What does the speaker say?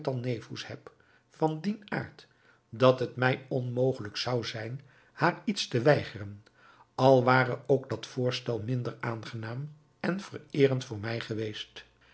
haïatalnefous heb van dien aard dat het mij onmogelijk zou zijn haar iets te weigeren al ware ook dat voorstel minder aangenaam en vereerend voor mij geweest